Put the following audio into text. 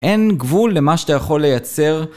אין גבול למה שאתה יכול לייצר